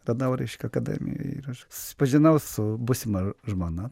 radau reiškia akademijoj ir aš susipažinau su būsima žmona